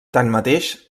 tanmateix